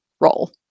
role